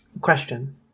Question